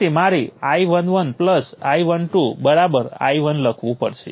તેથી R22 દ્વારા પસાર થતો કરંટ V2 ગુણ્યા G22 હશે આ R22 દ્વારા કરંટ છે